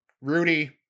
Rudy